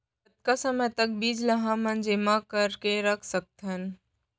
कतका समय तक बीज ला हमन जेमा करके रख सकथन?